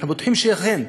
אנחנו בטוחים שאכן,